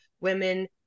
women